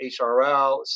HRL